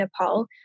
Nepal